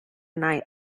night